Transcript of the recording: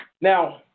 Now